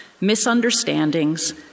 misunderstandings